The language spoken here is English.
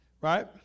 Right